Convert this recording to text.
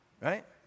Right